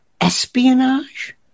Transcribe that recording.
espionage